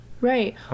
Right